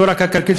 ולא רק הכלכלית,